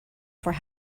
for